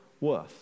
worth